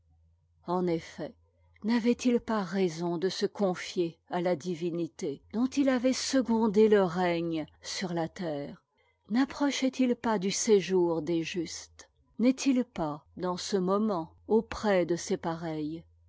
en effet n'avait-il pas raison de se confier à la divinité dont il avait secondé le règne sur la terre napprochait il pas du séjour des justes n'est-il pas dans ce momenr auprès de ses pareils